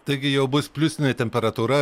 taigi jau bus pliusinė temperatūra